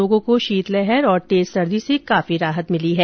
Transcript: लोगों को शीतलहर और तेज सर्दी से राहत मिली है